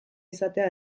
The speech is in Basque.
izatea